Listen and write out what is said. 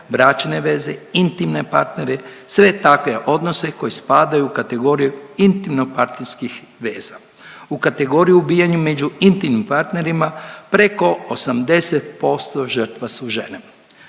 bračne veze, intimne partnere, sve takve odnose koji spadaju u kategoriju intimno-partnerskih veza. U kategoriju ubijanju među intimnim partnerima, preko 80% žrtva su žene.